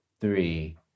three